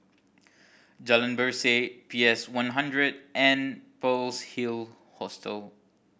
Jalan Berseh P S One hundred and Pearl's Hill Hostel